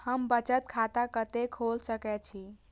हम बचत खाता कते खोल सके छी?